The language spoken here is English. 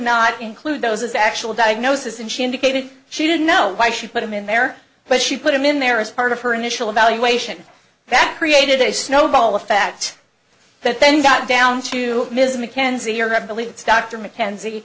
not include those as actual diagnosis and she indicated she didn't know why she put them in there but she put them in there as part of her initial evaluation that created a snowball effect that then got down to ms mackenzie or i believe it's dr mckenzie